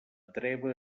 treva